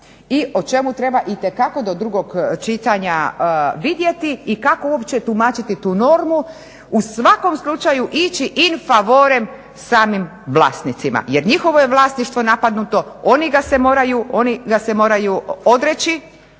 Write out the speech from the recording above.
i o čemu treba itekako do drugog čitanja vidjeti i kako uopće tumačiti tu normu. U svakom slučaju ići in favorem samim vlasnicima jer njihovo je vlasništvo napadnuto, oni ga se moraju odreći